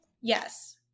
Yes